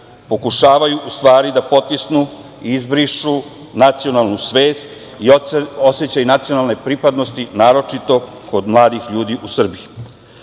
pokušavaju u stvari da potisnu i izbrišu nacionalnu svest i osećaj nacionalne pripadnosti, naročito kod mladih ljudi u Srbiji.